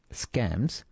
scams